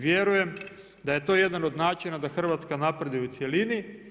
Vjerujem da je to jedan od načina da Hrvatska napreduje u cjelini.